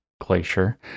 glacier